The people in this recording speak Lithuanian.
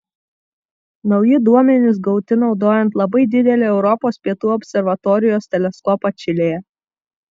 nauji duomenys gauti naudojant labai didelį europos pietų observatorijos teleskopą čilėje